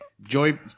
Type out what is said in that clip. Joy